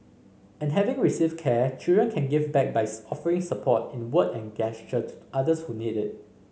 and having received care children can give back by offering support in a word and gesture to others who need it